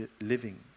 living